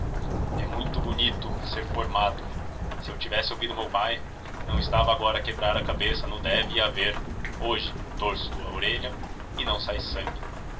é muito bonito ser formado se eu tivesse ouvido meu pai não estava agora a quebrar a cabeça no deve e haver hoje torço a orelha e não sai sangue